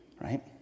Right